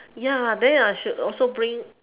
ya then I should also bring